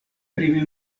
pri